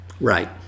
Right